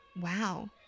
Wow